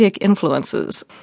influences